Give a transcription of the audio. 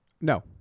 No